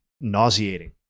nauseating